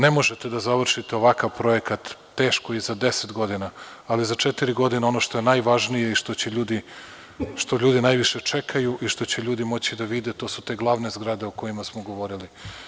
Ne možete da završite ovakav projekat, teško i za deset godina, ali za četiri godine ono što je najvažnije i što ljudi najviše čekaju i što će ljudi moći da vide to su te glavne zgrade o kojima smo govorili.